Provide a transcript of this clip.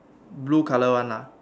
blue colour one ah